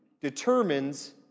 determines